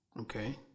Okay